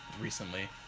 recently